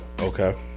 okay